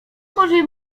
może